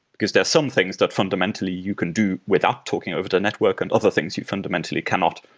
because there are some things that fundamentally you can do without talking over the network and other things you fundamentally cannot.